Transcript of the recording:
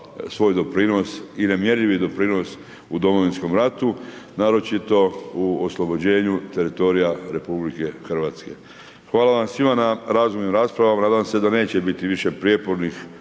svoj doprinos i nemjerljivi doprinos u Domovinskom ratu, naročito u oslobođenju teritorija RH. Hvala vam svima na razmjernim raspravama, nadam se da neće biti više prijepornih